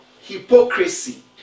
hypocrisy